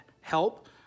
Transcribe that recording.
help